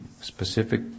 specific